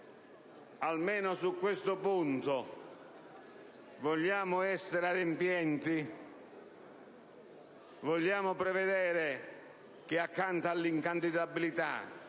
Almeno su questo punto vogliamo essere adempienti? Vogliamo prevedere che accanto alla incandidabilità